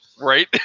Right